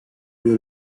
bir